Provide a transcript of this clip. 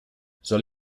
soll